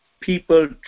people